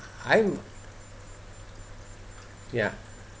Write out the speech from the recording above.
I'm ya